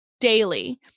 daily